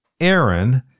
Aaron